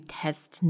test